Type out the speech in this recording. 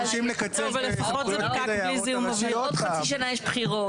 עוד חצי שנה יש בחירות,